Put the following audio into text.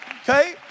okay